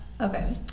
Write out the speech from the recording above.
Okay